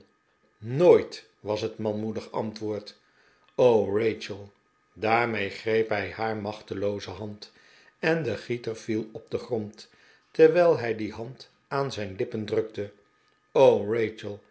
nooit was het manmoedige antwoord rachell daarmee greep hij haar machtelooze hand en de gieter viel op den grond terwijl hij die hand aan zijn lippen drukte